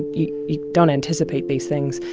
you you don't anticipate these things,